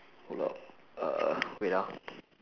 hold up uh wait ah